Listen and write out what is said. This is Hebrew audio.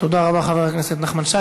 תודה רבה, חבר הכנסת נחמן שי.